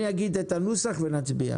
אני אגיד את הנוסח ונצביע.